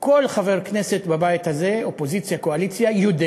כל חבר כנסת בבית הזה, אופוזיציה, קואליציה, יודע